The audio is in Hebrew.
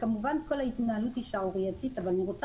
כמובן כל ההתנהלות שערורייתית אבל אני רוצה